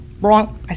wrong